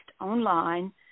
online